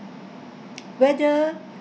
whether